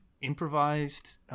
improvised –